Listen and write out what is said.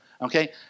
okay